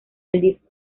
disco